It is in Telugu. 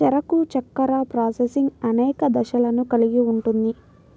చెరకు చక్కెర ప్రాసెసింగ్ అనేక దశలను కలిగి ఉంటుంది